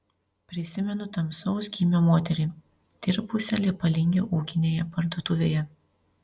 prisimenu tamsaus gymio moterį dirbusią leipalingio ūkinėje parduotuvėje